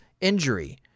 injury